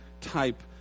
type